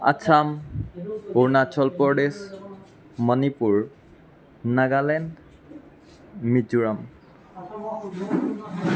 Assam Arunachal Pradesh Manipur Nagaland Mizoram